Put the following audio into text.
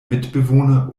mitbewohner